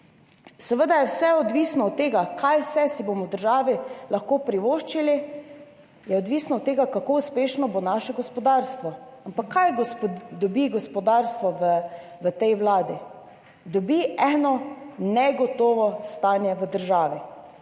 realna slika v Sloveniji. Kaj vse si bomo v državi lahko privoščili, je seveda odvisno od tega, kako uspešno bo naše gospodarstvo. Ampak kaj dobi gospodarstvo v tej Vladi? Dobi eno negotovo stanje v državi.